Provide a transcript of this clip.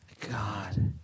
God